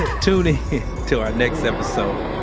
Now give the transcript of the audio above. ah tune in to our next episode.